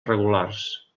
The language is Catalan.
regulars